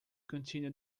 continue